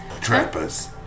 trappers